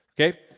Okay